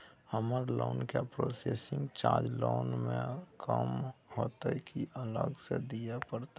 हमर लोन के processing charge loan म स कम होतै की अलग स दिए परतै?